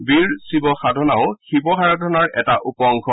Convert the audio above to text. বীৰ শিৱ সাধনাও শিৱ আৰাধানাৰ এটা উপ অংশ